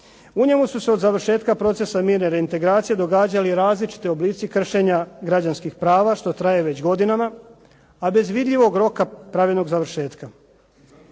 U njemu su se od završetka procesa mirne reintegracije događali različiti oblici kršenja građanskih prava što traje već godinama, a bez vidljivog roka pravilnog završetka.